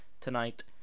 tonight